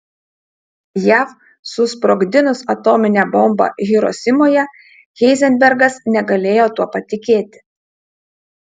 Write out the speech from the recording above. jav susprogdinus atominę bombą hirosimoje heizenbergas negalėjo tuo patikėti